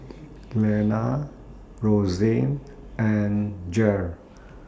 Glenna Rosanne and Jere